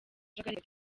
akajagari